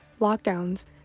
lockdowns